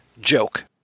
joke